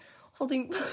Holding